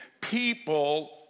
People